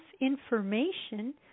information